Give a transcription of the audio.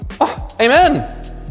amen